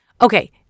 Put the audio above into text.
Okay